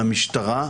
למשטרה,